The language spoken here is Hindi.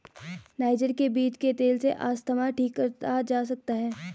नाइजर के बीज के तेल से अस्थमा ठीक करा जा सकता है